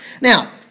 Now